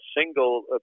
single